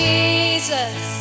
Jesus